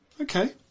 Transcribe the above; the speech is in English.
Okay